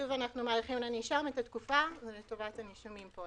שוב אנחנו מאריכים לנישום את התקופה וזה לטובת הנישומים.